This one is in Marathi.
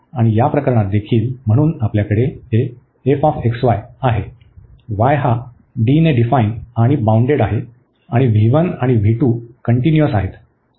आणि या प्रकरणात देखील म्हणून आपल्याकडे हे आहे y हा D ने डिफाईन आणि बाउंडेड आहे आणि आणि कन्टीन्युअस आहेत